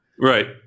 Right